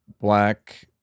black